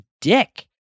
dick